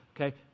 Okay